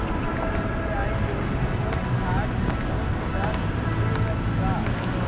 UPI ले कोई fraud होए के डर हे का?